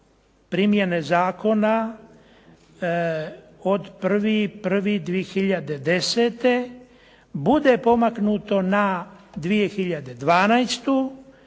primjene zakona od 1.1.2010. bude pomaknuto na 2012.